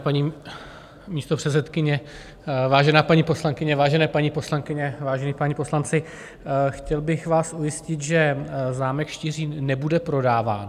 Vážená paní místopředsedkyně, vážená paní poslankyně, vážené paní poslankyně, vážení páni poslanci, chtěl bych vás ujistit, že zámek Štiřín nebude prodáván.